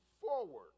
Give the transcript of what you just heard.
forward